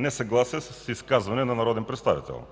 несъгласие с изказване на народен представител.